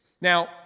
Now